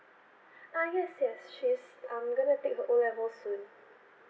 ah yes yes she's um going to take her O level soon